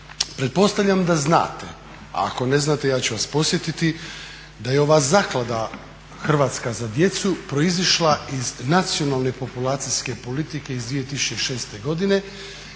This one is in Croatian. Pretpostavljam da znate, a ako ne znate ja ću vas podsjetiti, da je ova Zaklada "Hrvatska za djecu" proizišla iz nacionalne populacijske politike iz 2006.godine